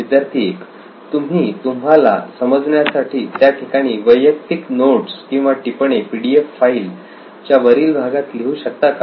विद्यार्थी 1 तुम्ही तुम्हाला समजण्यासाठी त्या ठिकाणी तुमच्या वैयक्तिक नोट्स किंवा टिपणे पीडीएफ फाईल च्या वरील भागात लिहू शकता का